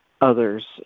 others